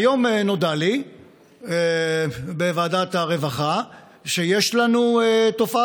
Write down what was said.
היום נודע לי בוועדת הרווחה שיש לנו תופעה